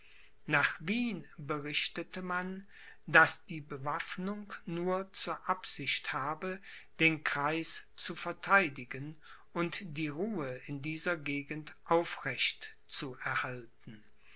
nach wien berichtete man daß die bewaffnung nur zur absicht habe den kreis zu vertheidigen und die ruhe in dieser gegend aufrecht zu erhalten